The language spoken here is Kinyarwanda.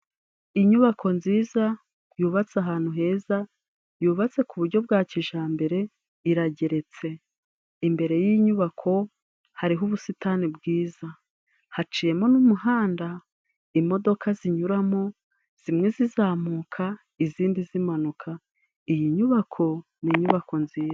Inyubako nziza yubatse ahantu heza, yubatse ku buryo bwa kijyambere, irageretse. Imbere y'inyubako hariho ubusitani bwiza, haciyemo n'umuhanda imodoka zinyuramo zimwe zizamuka izindi zimanuka. Iyi nyubako, ni inyubako nziza.